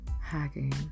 hacking